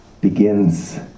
begins